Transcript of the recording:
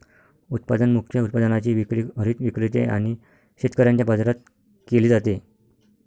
उत्पादन मुख्य उत्पादनाची विक्री हरित विक्रेते आणि शेतकऱ्यांच्या बाजारात केली जाते